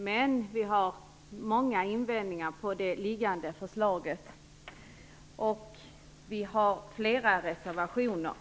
Men vi har många invändningar mot det liggande förslaget, och vi har flera reservationer.